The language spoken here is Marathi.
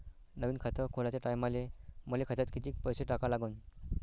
नवीन खात खोलाच्या टायमाले मले खात्यात कितीक पैसे टाका लागन?